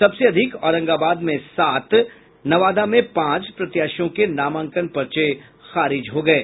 सबसे अधिक औरंगाबाद में सात और नवादा में पांच प्रत्याशियों के नामांकन पर्चे खारिज हो गये